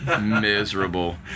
miserable